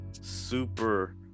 super